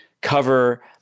cover